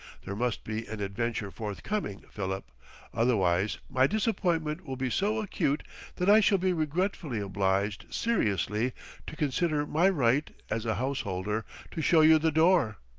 there must be an adventure forthcoming, philip otherwise my disappointment will be so acute that i shall be regretfully obliged seriously to consider my right, as a householder, to show you the door.